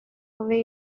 away